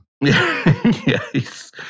Yes